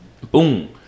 Boom